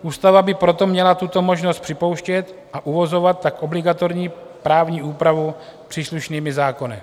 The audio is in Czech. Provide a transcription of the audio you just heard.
Ústava by proto měla tuto možnost připouštět a uvozovat tak obligatorní právní úpravu příslušnými zákony.